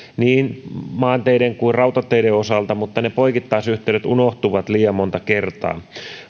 niin maanteiden kuin rautateiden osalta mutta ne poikittaisyhteydet unohtuvat liian monta kertaa